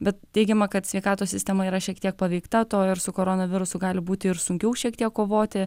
bet teigiama kad sveikatos sistema yra šiek tiek paveikta to ir su koronavirusu gali būti ir sunkiau šiek tiek kovoti